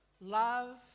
Love